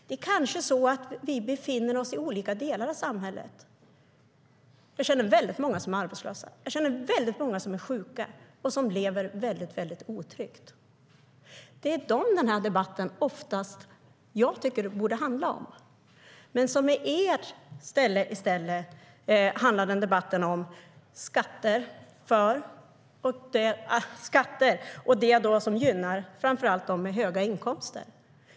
Det är kanske så att vi befinner oss i olika delar av samhället. Jag känner många som är arbetslösa eller sjuka och som lever mycket otryggt. Det är dem debatten oftast borde handla om - tycker jag. Men i ert ställe handlar debatten om de skatter som gynnar framför allt dem med höga inkomster.